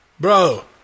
Bro